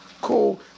Cool